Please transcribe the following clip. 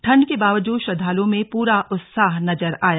ठंड के बावजूद श्रद्धालुओं में पूरा उत्साह नजर आया